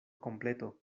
completo